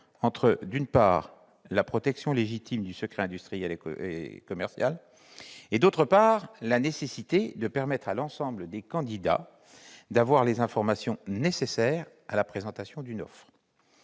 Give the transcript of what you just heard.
entre, d'une part, la protection légitime du secret industriel et commercial et, d'autre part, la nécessité de permettre à l'ensemble des candidats d'avoir les informations indispensables à la présentation d'une offre.